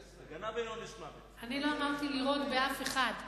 אני לא אמרתי לירות באף אחד.